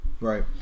Right